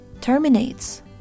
terminates